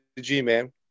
G-Man